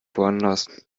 woanders